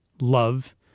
Love